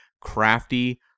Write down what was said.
crafty